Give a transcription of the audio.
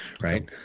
Right